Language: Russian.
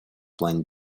плане